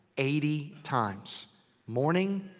eighty times morning,